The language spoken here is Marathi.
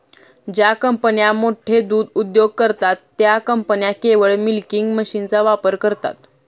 ज्या कंपन्या मोठे दूध उद्योग करतात, त्या कंपन्या केवळ मिल्किंग मशीनचा वापर करतात